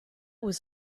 was